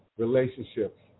relationships